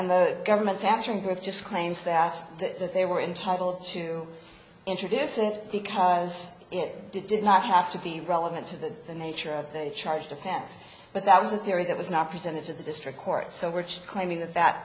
and the government's answering of just claims that that they were entitled to introduce it because it did not have to be relevant to the the nature of the charge defense but that was a theory that was not presented to the district court so which claiming that that